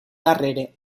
darrere